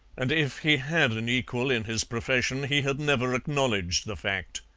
and if he had an equal in his profession he had never acknowledged the fact.